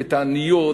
בתעניות,